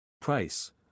Price